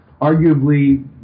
arguably